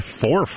Four